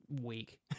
week